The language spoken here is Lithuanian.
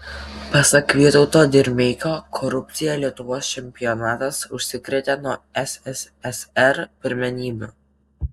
pasak vytauto dirmeikio korupcija lietuvos čempionatas užsikrėtė nuo sssr pirmenybių